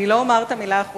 אני לא אומר את המלה האחרונה,